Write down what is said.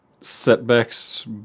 setbacks